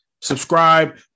subscribe